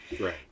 right